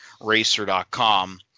racer.com